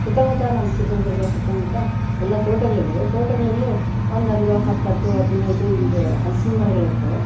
ಸುತ್ತಮುತ್ತ ನಮ್ಮ ಚಿತ್ರದುರ್ಗ ಸುತ್ತಮುತ್ತ ಎಲ್ಲ ತೋಟಗಳಿದ್ದಾವೆ ತೋಟಗಳಲ್ಲಿ ಒಂದೊಂದು ಹತ್ತತ್ತು ಹದಿನೈದು ಹೀಗೆ ಹಲಸಿನ ಮರಗಳಿರುತ್ತವೆ